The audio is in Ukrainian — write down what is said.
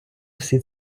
всі